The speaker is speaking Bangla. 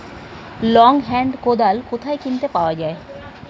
লং হেন্ড কোদাল কোথায় কিনতে পাওয়া যায়?